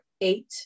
eight